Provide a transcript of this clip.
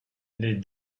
les